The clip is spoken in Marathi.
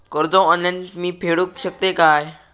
कर्ज ऑनलाइन मी फेडूक शकतय काय?